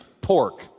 pork